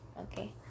Okay